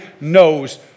knows